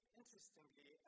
interestingly